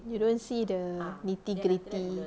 you don't see the nitty-gritty